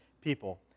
people